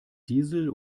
diesel